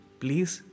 please